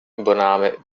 übernahme